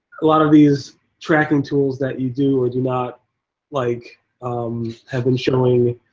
lot of these tracking tools that you do or do not like um have been showing